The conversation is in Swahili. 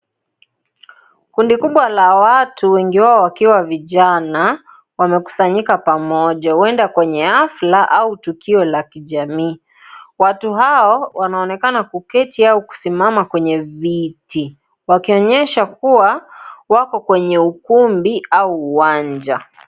Kundi kubwa la watu, wengi wao wakiwa vijana. Wamekusanyika pamoja huenda kwenye hafla au tukio la kijamii. Watu hao wanaonekana kuketi au kusimama kwenye viti. Wakionyesha kuwa, wako kwenye ukumbi au uwanja.